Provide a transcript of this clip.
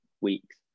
weeks